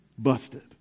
busted